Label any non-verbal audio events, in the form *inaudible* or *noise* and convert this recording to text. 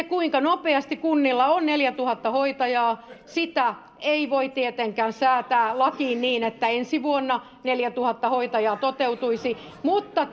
*unintelligible* kuinka nopeasti kunnilla on neljätuhatta hoitajaa ei voi tietenkään säätää lakiin niin että ensi vuonna neljätuhatta hoitajaa toteutuisi mutta *unintelligible*